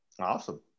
Awesome